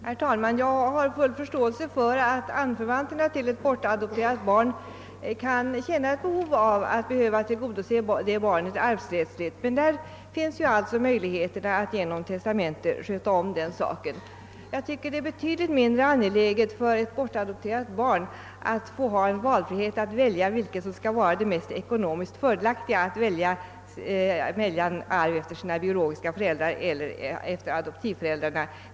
Herr talman! Jag har full förståelse för att anförvanterna till ett bortadopterat barn kan känna behov av att tillgodose barnet arvsrättsligt, men det finns möjligheter att genom testamente sköta om den saken. Det är enligt min mening betydligt mindre angeläget för ett bortadopterat barn att få frihet att välja det som är ekonomiskt mest fördelaktigt — arv efter sina biologiska föräldrar eller efter sina adoptivföräldrar.